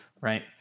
right